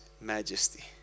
majesty